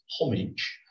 homage